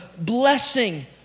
blessing